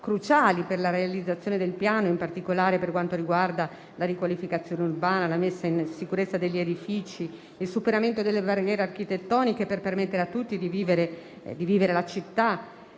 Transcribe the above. cruciali per la realizzazione del piano, in particolare per quanto riguarda la riqualificazione urbana, la messa in sicurezza degli edifici e il superamento delle barriere architettoniche per permettere a tutti di vivere la città.